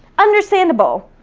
understandable,